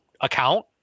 account